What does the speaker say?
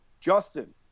Justin